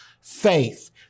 faith